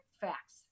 facts